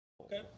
Okay